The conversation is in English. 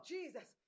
Jesus